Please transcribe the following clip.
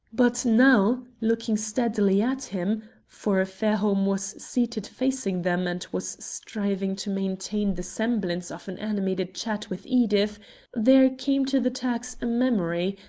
but now, looking steadily at him for fairholme was seated facing them, and was striving to maintain the semblance of an animated chat with edith there came to the turks a memory,